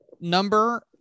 number